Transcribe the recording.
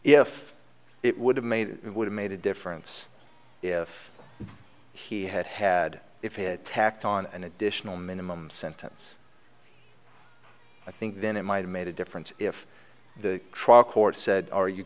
if it would have made it would have made a difference if he had had if he had tacked on an additional minimum sentence i think then it might have made a difference if the trial court said are you